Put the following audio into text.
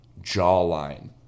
jawline